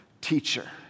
Teacher